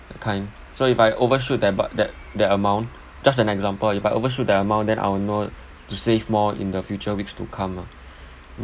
that kind so if I overshoot that but that that amount just an example if I overshoot that amount than I'll know to save more in the future weeks to come lah